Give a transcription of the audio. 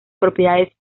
propiedades